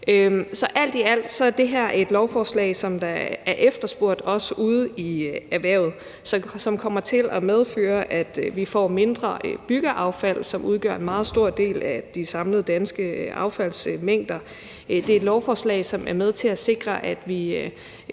alt i alt er det her et lovforslag, som også er efterspurgt ude i erhvervet, og som kommer til at medføre, at vi får mindre byggeaffald, som udgør en meget stor del af de samlede danske affaldsmængder. Det er et lovforslag, som er med til at sikre, at vi